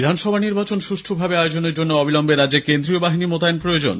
বিধানসভা নির্বাচন সুষ্ঠুভাবে আয়োজনের জন্য অবিলম্বে রাজ্যে কেন্দ্রীয় বাহিনী মোতায়েন প্রয়োজন